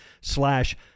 slash